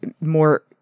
more